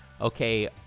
Okay